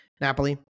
Napoli